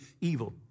evil